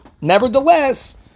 Nevertheless